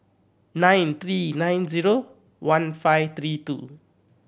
nine three nine Genome one five three two